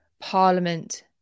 Parliament